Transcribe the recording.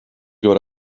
got